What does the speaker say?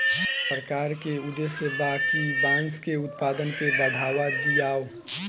सरकार के उद्देश्य बा कि बांस के उत्पाद के बढ़ावा दियाव